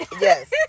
Yes